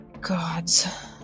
Gods